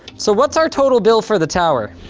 so, what's our total bill for the tower